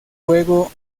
videojuego